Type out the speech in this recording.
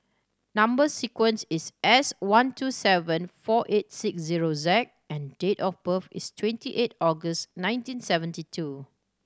number sequence is S one two seven four eight six zero Z and date of birth is twenty eight August nineteen seventy two